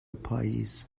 پاییز